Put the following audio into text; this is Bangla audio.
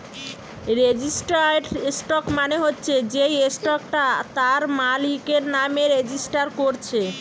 রেজিস্টার্ড স্টক মানে হচ্ছে যেই স্টকটা তার মালিকের নামে রেজিস্টার কোরছে